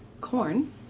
Corn